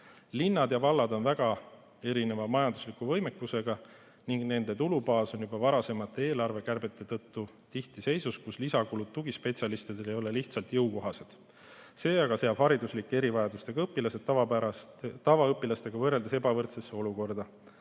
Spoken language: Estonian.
Linnad ja vallad on väga erineva majandusliku võimekusega ning nende tulubaas on juba varasemate eelarvekärbete tõttu tihti seisus, kus lisakulutused tugispetsialistidele ei ole lihtsalt jõukohased. See aga seab hariduslike erivajadustega õpilased tavaõpilastega võrreldes ebavõrdsesse olukorda.